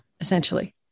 Essentially